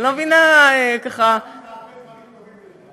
אני לא מבינה, אהבתי את "הרבה דברים טובים יש בו".